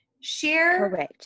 share